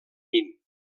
nin